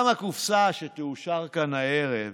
גם הקופסה שתאושר כאן הערב